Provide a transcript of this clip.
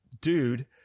dude